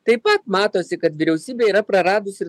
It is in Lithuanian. taip pat matosi kad vyriausybė yra praradusi